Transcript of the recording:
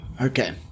Okay